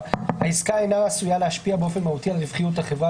העסקה אינה עשויה להשפיע באופן מהותי על רווחיות החברה,